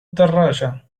الدراجة